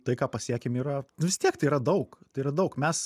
tai ką pasiekėm yra nu vis tiek tai yra daug tai yra daug mes